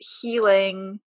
healing